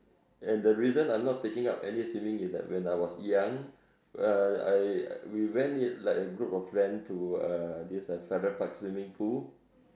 and the reason I'm not taking up any swimming is that when I was young uh I we went like group of friend to uh this uh Farrer park swimming pool